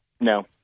No